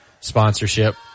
sponsorship